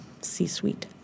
C-suite